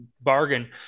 bargain